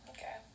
Okay